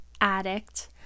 addict